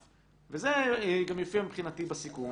וזה גם יופיע מבחינתי בסיכום.